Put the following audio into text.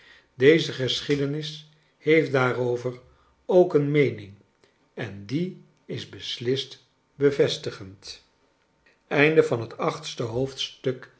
deze geschiedenis heeft daarover ook een meening en die is beslist bevestigend